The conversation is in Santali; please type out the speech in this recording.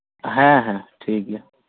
ᱦᱮᱸ ᱦᱮᱸ ᱴᱷᱤᱠ ᱜᱮᱭᱟ